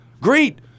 great